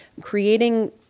creating